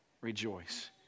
rejoice